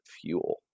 fuel